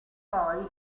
poi